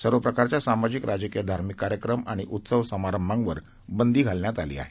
सर्व प्रकारच्या सामाजिक राजकीय धार्मिक कार्यक्रम उत्सव समारंभांना बंदी घालण्यात आली आहे